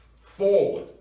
forward